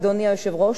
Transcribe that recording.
אדוני היושב-ראש,